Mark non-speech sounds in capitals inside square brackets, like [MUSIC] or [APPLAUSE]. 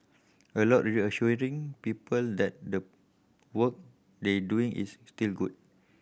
a lot [UNINTELLIGIBLE] reassuring people that the work they doing is still good